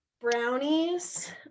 Brownies